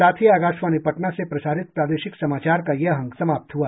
इसके साथ ही आकाशवाणी पटना से प्रसारित प्रादेशिक समाचार का ये अंक समाप्त हुआ